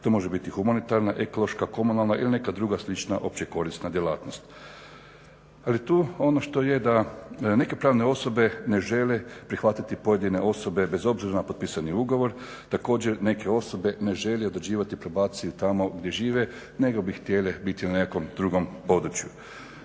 To može biti humanitarna, ekološka, komunalna ili neka druga slična opće korisna djelatnost. Ali tu ono što je da neke pravne osobe ne žele prihvatiti pojedine osobe bez obzira na potpisani ugovor. Također neke osobe ne žele određivati probaciju tamo gdje žive nego bi htjele biti u nekakvom drugom području.